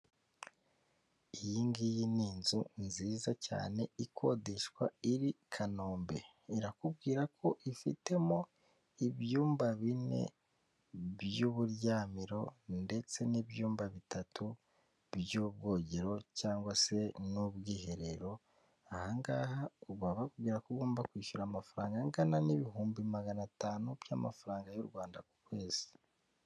Iyi ngiyi ni inzu nziza cyane ikodeshwa iri kanombe, irakubwira ko ifitemo ibyumba bine by'uburyamiro, ndetse n'ibyumba bitatu by'ubwogero cyangwa se n'ubwiherero, aha ngaha ubu baba bakubwira ko ugomba kwishyura amafaranga angana n'ibihumbi magana atanu by'amafaranga y'u rwanda ku kwezi.